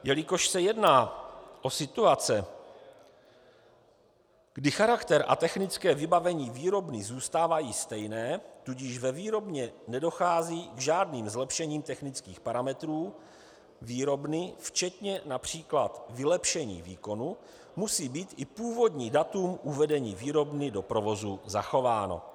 Jelikož se jedná o situace, kdy charakter a technické vybavení výrobny zůstávají stejné, tudíž ve výrobně nedochází k žádným zlepšením technických parametrů výrobny včetně například vylepšení výkonu, musí být i původní datum uvedení výrobny do provozu zachováno.